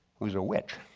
who's a witch.